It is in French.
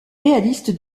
réaliste